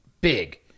big